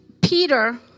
Peter